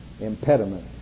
impediment